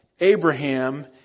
Abraham